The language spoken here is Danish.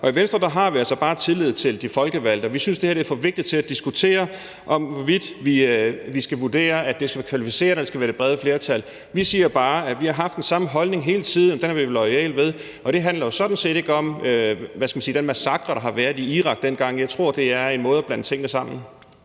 I Venstre har vi altså bare tillid til de folkevalgte, og vi synes, det her er for vigtigt til, at man skal diskutere, hvorvidt vi skal vurdere, at det skal være et kvalificeret og et bredt flertal. Vi siger bare, at vi har haft den samme holdning hele tiden, og den holder vi loyalt fast ved. Det handler jo sådan set ikke om – hvad skal man sige – den massakre, der var i Irak dengang. Jeg tror, det er at blande tingene sammen.